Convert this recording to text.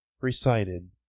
recited